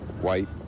white